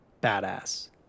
badass